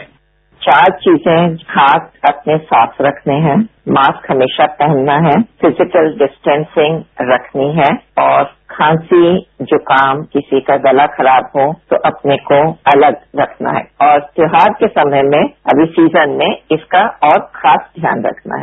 sound bite चार चीजे हाथ अपने साफ रखने है मास्क हमेशा पहनना है फिजिकल डिस्टेंसिंग रखनी है और खांसी जूखाम किसी का गला खराब हो तो अपने को अलग रखना है और त्योहार के समय में अभी सीजन में इसका और खास ध्यान रखना है